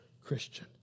Christian